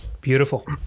beautiful